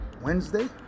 Wednesday